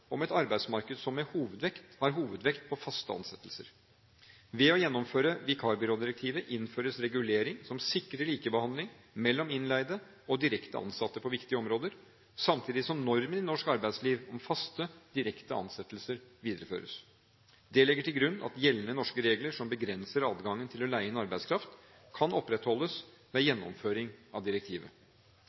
et arbeidsmarked som har hovedvekt på faste ansettelser. Ved å gjennomføre vikarbyrådirektivet innføres regulering som sikrer likebehandling mellom innleide og direkte ansatte på viktige områder, samtidig som normen i norsk arbeidsliv om faste, direkte ansettelser videreføres. Det legger til grunn at gjeldende norske regler som begrenser adgangen til å leie inn arbeidskraft, kan opprettholdes ved gjennomføring av direktivet.